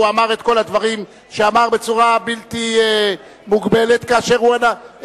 הוא אמר את כל הדברים שאמר בצורה בלתי מוגבלת כאשר הוא ענה,